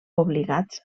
obligats